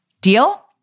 Deal